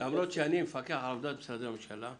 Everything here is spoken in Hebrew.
למרות שאני מפקח על עבודת משרדי הממשלה,